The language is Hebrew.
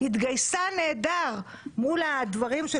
התגייסה נהדר מול הדברים של